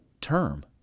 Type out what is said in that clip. term